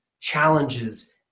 challenges